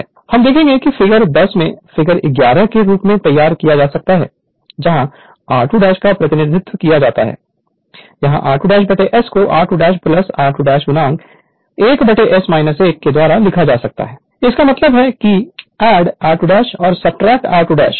Refer Slide Time 0627 हम देखेंगे कि फिगर 10 से फिगर 11 के रूप में तैयार किया जा सकता है जहां r2 का प्रतिनिधित्व किया जाता है यहां r2 S कोr2 r2 oneS 1 के द्वारा लिखा जा सकता है इसका मतलब है कि ऐड r2और सबट्रैक्ट r2